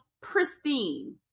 pristine